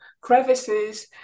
crevices